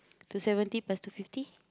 two seventy plus two fifty